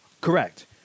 Correct